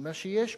ממה שיש בו,